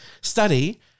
study